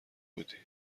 بودی